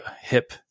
hip